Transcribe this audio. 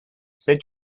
said